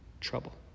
trouble